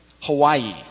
Hawaii